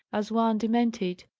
as one demented.